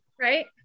right